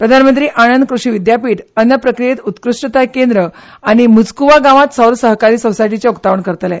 प्रधानमंत्री आणंद कृशी विद्ापीठ अन्न प्रक्रीयेत उत्कृश्टताय केंद्र आनी मुझ्कुवा गावांत सौर सहकारी सोसायटीचे उक्तावण के करतले